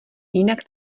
jinak